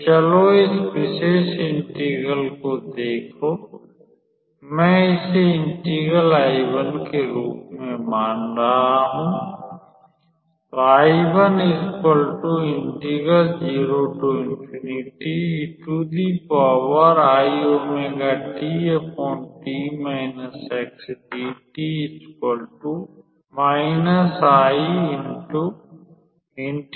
तो चलो इस विशेष इंटेगरल को देखो मैं इसे इंटेगरल I1 के रूप में मान रहा हूं